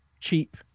cheap